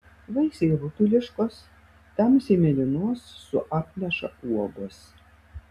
vaisiai rutuliškos tamsiai mėlynos su apnaša uogos